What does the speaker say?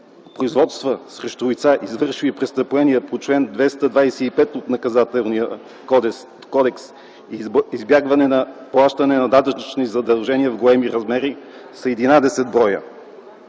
производствата срещу лица, извършили престъпления по чл. 225 от Наказателния кодекс, избягване на плащане на данъчни задължения в големи размери, са 11 на брой;